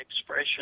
expression